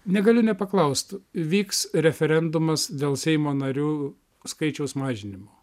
negaliu nepaklaust vyks referendumas dėl seimo narių skaičiaus mažinimo